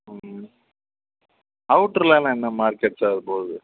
ம் அவுட்ருலலாம் என்ன மார்க்கெட் சார் போகுது